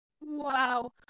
Wow